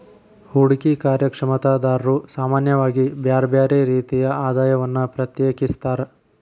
ಹೂಡ್ಕಿ ಕಾರ್ಯಕ್ಷಮತಾದಾರ್ರು ಸಾಮಾನ್ಯವಾಗಿ ಬ್ಯರ್ ಬ್ಯಾರೆ ರೇತಿಯ ಆದಾಯವನ್ನ ಪ್ರತ್ಯೇಕಿಸ್ತಾರ್